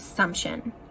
assumption